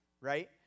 right